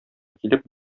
килеп